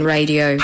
Radio